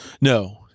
no